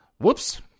Whoops